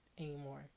anymore